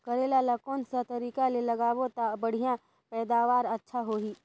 करेला ला कोन सा तरीका ले लगाबो ता बढ़िया पैदावार अच्छा होही?